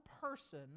person